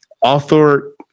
author